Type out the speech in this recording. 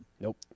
Nope